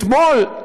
אתמול,